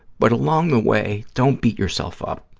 but along the way, don't beat yourself up,